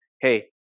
hey